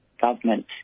government